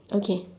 okay